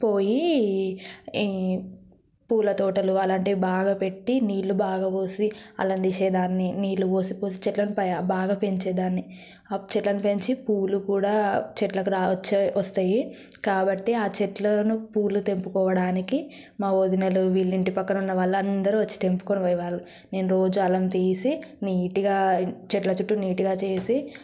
పోయి పూల తోటలు అలాంటి బాగా పెట్టి నీళ్లు బాగా పోసి అల్లం తీసే దాన్ని నీళ్లు పోసి పోసి చెట్లను బాగా పెంచే దాన్ని చెట్లను పెంచి పూలు కూడా చెట్లకి రావచ్చా వస్తాయి కాబట్టి ఆ చెట్లును పూలు తెంపుకోవడానికి మా వదినలు వీళ్ళు ఇంటి పక్కన ఉన్న వాళ్ళందరూ వచ్చి తెంపుకొని పోయేవాళ్ళు నేను రోజు అల్లం తీసి నీటుగా చెట్ల చుట్టూ నీటుగా చేసి